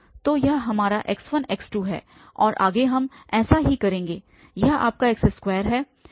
तो यह हमारा x1x2 है और आगे हम ऐसा ही करेंगे यह आपका x2 यहाँ है